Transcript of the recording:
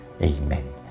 Amen